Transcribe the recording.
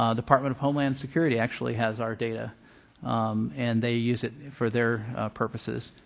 um department of homeland security actually has our data and they use it for their purposes.